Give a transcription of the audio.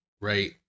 right